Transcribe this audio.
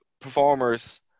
performers